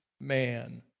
man